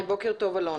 בוקר טוב, אלון.